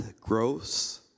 gross